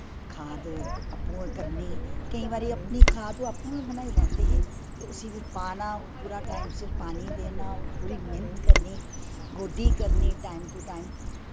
खाद अपनैैं करनी केंई बारी अपनीं खाद ओह् आप्पूं गै बनाई लैंदे हे ते उसा पाना टाईम सिर पानी देनां पूरी मेह्नत करनी गोह्ड्डी करनीं टाईम टू टाईम